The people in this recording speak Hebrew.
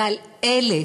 ועל אלה